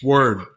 Word